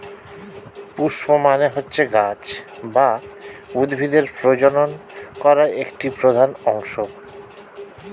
পুস্প মানে হচ্ছে গাছ বা উদ্ভিদের প্রজনন করা একটি প্রধান অংশ